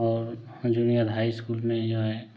और junior high school में जो है